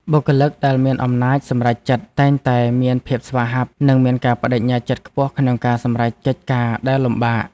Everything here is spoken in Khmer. បុគ្គលិកដែលមានអំណាចសម្រេចចិត្តតែងតែមានភាពស្វាហាប់ និងមានការប្តេជ្ញាចិត្តខ្ពស់ក្នុងការសម្រេចកិច្ចការដែលលំបាក។